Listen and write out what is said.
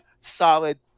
solid